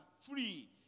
free